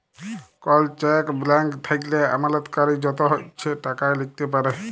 call check blank থ্যাইকলে আমালতকারী যত ইছে টাকা লিখতে পারে